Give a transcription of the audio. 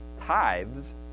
tithes